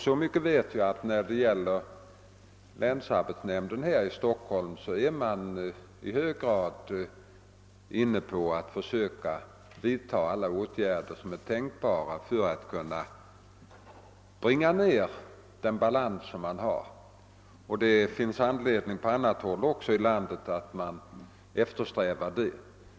Så mycket vet jag att länsarbetsnämnden här i Stockholm är i hög grad inriktad på att nedbringa balansen. Det finns anledning att eftersträva detta även på andra håll i landet.